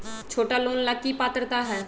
छोटा लोन ला की पात्रता है?